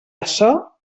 açò